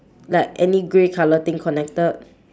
like any grey colour thing connected